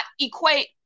equate